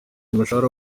umushahara